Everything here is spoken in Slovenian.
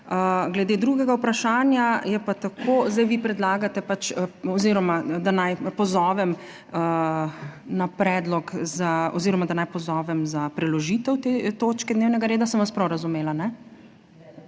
Glede drugega vprašanja je pa tako, zdaj vi predlagate pač oziroma, da naj pozovem na predlog za oziroma, da naj pozovem za preložitev te točke dnevnega reda, sem vas prav razumela, kajne?